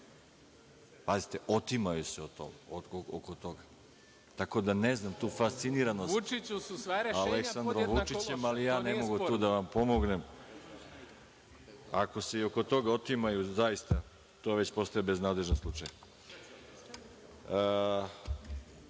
Pazite, otimaju se oko toga, tako da ne znam tu fasciniranost Aleksandrom Vučićem, ali ja ne mogu tu da vam pomognem. Ako se i oko toga otimaju, zaista, to već postaje beznadežan slučaj. Reč